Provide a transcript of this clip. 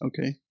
Okay